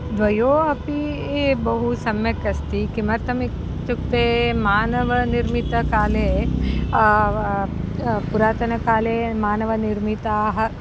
द्वयोः अपि बहु सम्यक् अस्ति किमर्थमित्युक्ते मानवनिर्मितकाले पुरातनकाले मानवनिर्मिताः